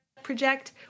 project